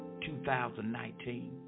2019